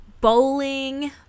bowling